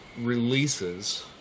releases